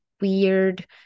weird